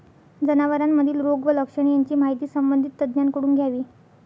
जनावरांमधील रोग व लक्षणे यांची माहिती संबंधित तज्ज्ञांकडून घ्यावी